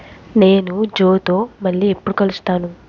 నేను జోతో మళ్ళీ ఎప్పుడు కలుస్తాను